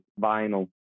vinyl